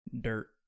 dirt